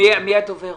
מי הדובר?